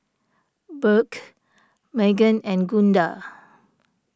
Burke Meggan and Gunda